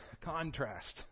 contrast